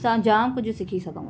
असां जाम कुझु सिखी सघूं था